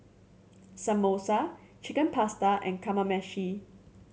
Samosa Chicken Pasta and Kamameshi